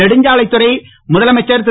நெடுஞ்சாலைத் துறை முதலமைச்சர் திரு